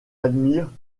admire